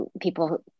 people